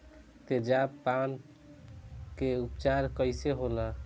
तेजाब पान के उपचार कईसे होला?